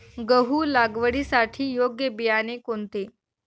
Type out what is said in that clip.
गहू लागवडीसाठी योग्य बियाणे कोणते?